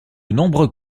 nombreux